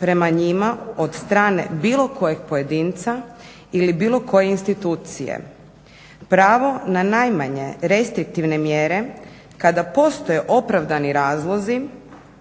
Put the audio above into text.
prema njima od strane bilo kojeg pojedinca ili bilo koje institucije. Pravo na najmanje restriktivne mjere kada postoje opravdani razlozi